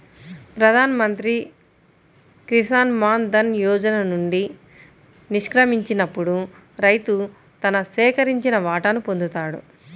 ప్రధాన్ మంత్రి కిసాన్ మాన్ ధన్ యోజన నుండి నిష్క్రమించినప్పుడు రైతు తన సేకరించిన వాటాను పొందుతాడు